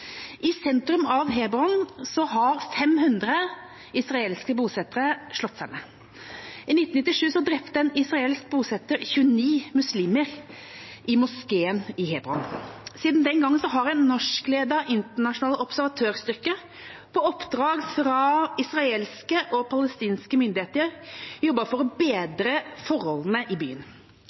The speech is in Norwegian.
I sentrum av Hebron har 500 israelske bosettere slått seg ned. I 1997 drepte en israelsk bosetter 29 muslimer i moskeen i Hebron. Siden den gang har en norskledet internasjonal observatørstyrke, på oppdrag fra israelske og palestinske myndigheter, jobbet for å bedre forholdene i byen.